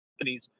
companies